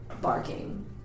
barking